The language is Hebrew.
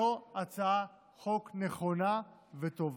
זו הצעת חוק נכונה וטובה.